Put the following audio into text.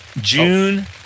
June